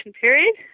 period